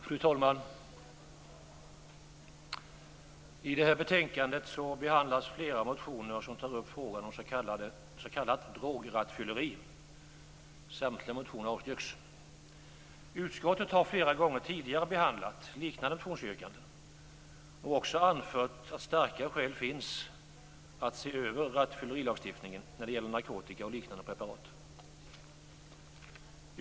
Fru talman! I det här betänkandet behandlas flera motioner som tar upp frågan om s.k. drograttfylleri. Samtliga motioner avstyrks. Utskottet har flera gånger tidigare behandlat liknande motionsyrkanden och också anfört att det finns starka skäl att se över rattfyllerilagstiftningen när det gäller narkotika och liknande preparat.